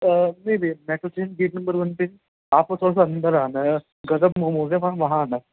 نہیں بھیا metro station gate number one پہ آپ کو تھوڑا سا اندر آنا ہے غزب موموز ہے وہاں وہاں آنا ہے